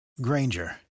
Granger